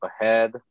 ahead